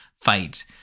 fight